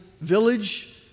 village